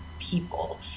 people